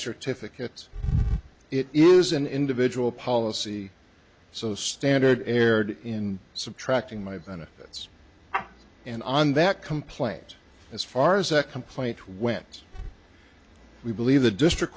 certificate it is an individual policy so standard aired in subtracting my benefits and on that complaint as far as a complaint went we believe the district